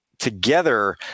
together